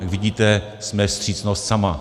Vidíte, jsme vstřícnost sama.